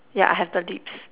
yeah I have the lips